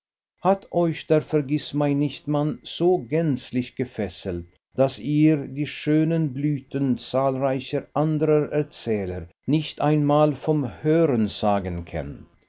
hat euch der vergißmeinnicht mann so gänzlich gefesselt daß ihr die schönen blüten zahlreicher anderer erzähler nicht einmal vom hörensagen kennt